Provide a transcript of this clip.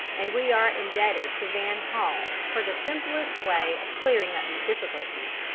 and we are indebted to van hall for the simplest way of clearing up these difficulties.